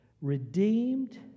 redeemed